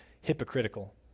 hypocritical